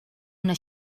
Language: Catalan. una